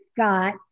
Scott